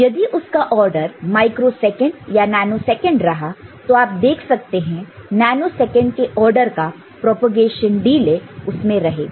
यदि उसका order micro second या नैनो सेकंड रहा तो आप देख सकते हैं नैनो सेकंड के ऑर्डर का प्रोपेगेशन डिले उसमें रहेगा